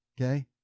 okay